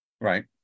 Right